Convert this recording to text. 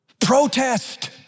protest